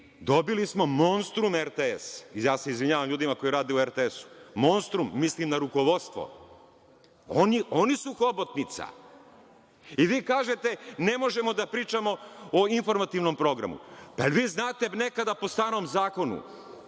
dobili smo monstrum RTS. Ja se izvinjavam ljudima koji rade u RTS-u, ali monstrum, mislim na rukovodstvo. Oni su hobotnica. Vi kažete – ne možemo da pričamo o informativnom programu. Da li znate, nekada po starom zakonu